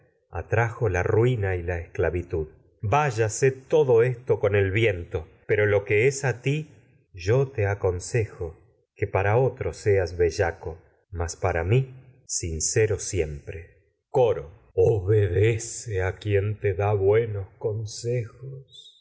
atrajo la y la esclavitud yáyase todo esto con el viento es a pero lo que mas ti yó te aconsejo que para otra seas bellaco coro nada para mi a sincero siempre obedece quien te da buenos consejos